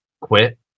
quit